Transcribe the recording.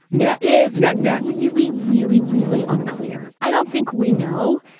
yeah is net net really, really, really unclear? i don't think we know.